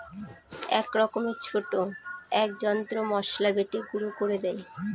এক রকমের ছোট এক যন্ত্র মসলা বেটে গুঁড়ো করে দেয়